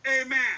Amen